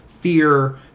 fear